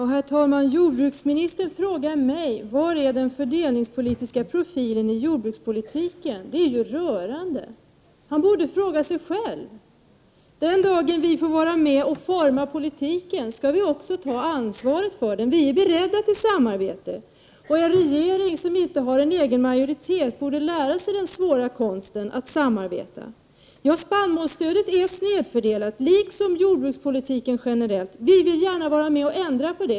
Herr talman! Jordbruksministern frågar mig var den fördelningspolitiska profilen i jordbrukspolitiken är. Detta är rörande! Han borde fråga sig själv. Den dagen vi får vara med och forma politiken skall vi också ta ansvaret för den. Vi är beredda till samarbete. En regering som inte har en egen majoritet borde lära sig den svåra konsten att samarbeta. Spannmålsstödet är snedfördelat, liksom jordbrukspolitiken generellt verkar snedfördelande. Vi vill gärna vara med och ändra på det.